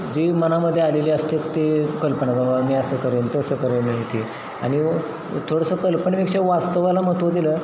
जी मनामध्ये आलेली असते ते कल्पना बाबा मी असं करेन तसं करेन ह्या इथे आणि थोडंसं कल्पनेपेक्षा वास्तवाला महत्त्व दिलं